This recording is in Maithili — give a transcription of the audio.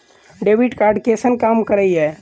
डेबिट कार्ड कैसन काम करेया?